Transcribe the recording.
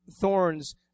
thorns